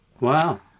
Wow